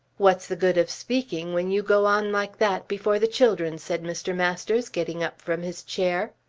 what's the good of speaking when you go on like that before the children? said mr. masters, getting up from his chair.